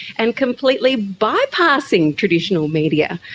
and completely bypassing traditional media.